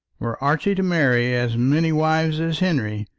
were archie to marry as many wives as henry,